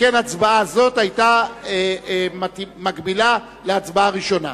שכן הצבעה זו היתה מקבילה להצבעה בקריאה ראשונה.